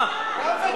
גם וגם.